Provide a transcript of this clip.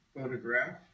photograph